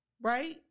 right